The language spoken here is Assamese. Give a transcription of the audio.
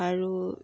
আৰু